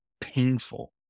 painful